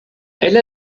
elle